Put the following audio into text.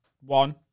one